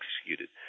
executed